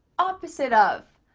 opposite of.